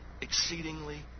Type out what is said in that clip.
exceedingly